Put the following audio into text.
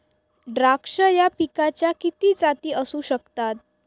द्राक्ष या पिकाच्या किती जाती असू शकतात?